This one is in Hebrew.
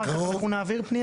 אנחנו נעביר פנייה.